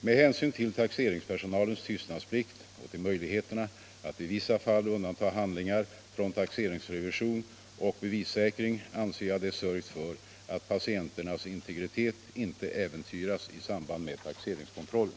Med hänsyn till taxeringspersonalens tystnadsplikt och till möjligheterna att i vissa fall undanta handlingar från taxeringsrevision och bevissäkring anser jag det sörjt för att patienternas integritet inte äventyras i samband med taxeringskontrollen.